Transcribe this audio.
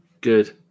Good